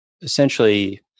essentially